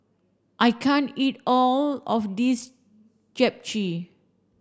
I can't eat all of this Japchae